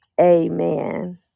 Amen